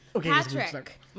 Patrick